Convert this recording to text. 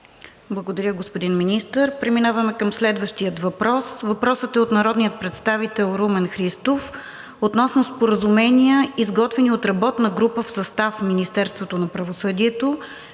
Благодаря, господин Министър. Преминаваме към следващия въпрос. Въпросът е от народния представител Румен Христов относно споразумения, изготвени от работна група в състав: Министерството на правосъдието,